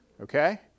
okay